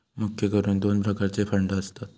मुख्य करून दोन प्रकारचे फंड असतत